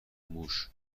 موش